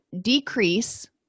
decrease